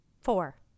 four